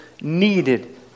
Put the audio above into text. needed